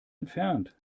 entfernt